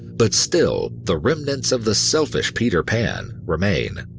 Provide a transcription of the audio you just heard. but still, the remnants of the selfish peter pan remain.